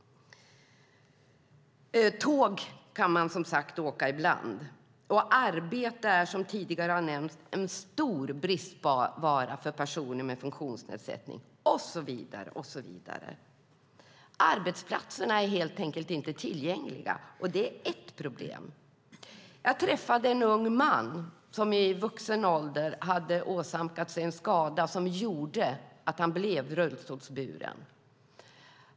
Tåg kan man, som sagt, bara åka ibland. Arbete är, som tidigare har nämnts, en stor bristvara för personer med funktionsnedsättning och så vidare. Arbetsplatserna är helt enkelt inte tillgängliga; det är ett problem. Jag träffade en ung man som i vuxen ålder hade åsamkat sig en skada som gjorde att han blev rullstolsburen.